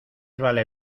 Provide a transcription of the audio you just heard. vale